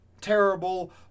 terrible